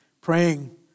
praying